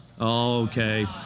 Okay